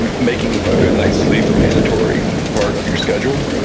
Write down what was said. and making a good night's sleep a mandatory part of your schedule.